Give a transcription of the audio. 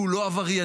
שהוא לא עברייני,